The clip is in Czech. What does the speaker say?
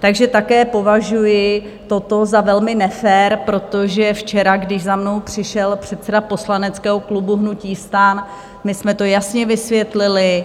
Takže také považuji toto za velmi nefér, protože včera, když za mnou přišel předseda poslaneckého klubu hnutí STAN, my jsme to jasně vysvětlili.